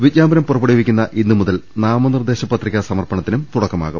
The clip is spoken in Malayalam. വിജ്ഞാപനം പുറപ്പെടുവിക്കുന്ന ഇന്നുമുതൽ നാമനിർദ്ദേശപ ത്രിക സമർപ്പണത്തിനും തുടക്കമാവും